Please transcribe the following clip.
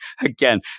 again